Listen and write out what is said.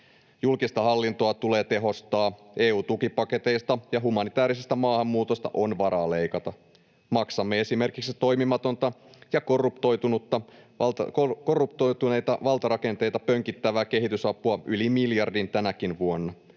Julkista hallintoa tulee tehostaa, EU-tukipaketeista ja humanitäärisestä maahanmuutosta on varaa leikata. Maksamme esimerkiksi toimimatonta ja korruptoituneita valtarakenteita pönkittävää kehitysapua yli miljardin tänäkin vuonna